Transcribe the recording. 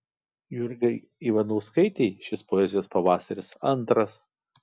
jurgai ivanauskaitei šis poezijos pavasaris antras